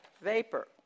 Vapor